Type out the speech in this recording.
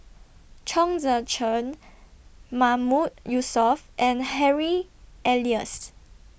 Chong Tze Chien Mahmood Yusof and Harry Elias